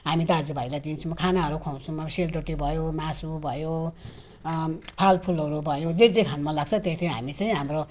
हामी दाजुभाइलाई दिन्छौँ खानाहरू खुवाउँछौँ अब सेलरोटी भयो मासु भयो फलफुलहरू भयो जे जे खानु मनलाग्छ त्यही त्यही हामी चाहिँ हाम्रो